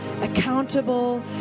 accountable